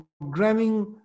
programming